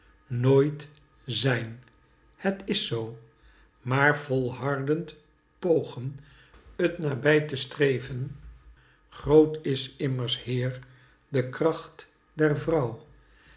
nooit zijn het is zoo maar volhardend pogen t nabij te streven groot is immers heer de kracht der